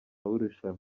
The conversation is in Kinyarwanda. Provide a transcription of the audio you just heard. w’irushanwa